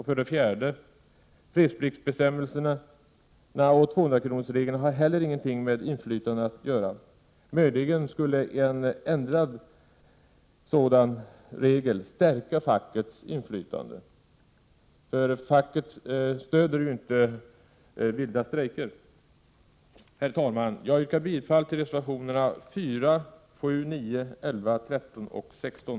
För det fjärde: Fredspliktsbestämmelserna och 200-kronorsregeln har heller ingenting med inflytande att göra. Möjligen skulle en ändrad sådan regel stärka fackets inflytande — facket stöder ju inte vilda strejker. Herr talman! Jag yrkar bifall till reservationerna 4, 7, 9, 11, 13 och 16.